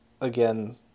again